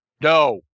No